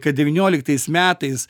kad devynioliktas metais